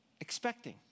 expecting